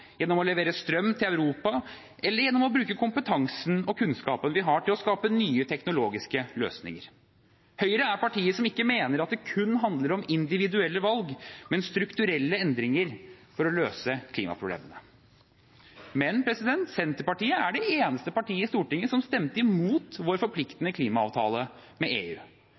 gjennom å levere strøm til Europa, eller gjennom å bruke kompetansen og kunnskapen vi har til å skape nye teknologiske løsninger. Høyre er partiet som ikke mener at det kun handler om individuelle valg, men strukturelle endringer for å løse klimaproblemene. Senterpartiet er det eneste partiet i Stortinget som stemte mot vår forpliktende klimaavtale med EU.